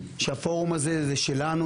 שהפורום הזה הוא שלנו,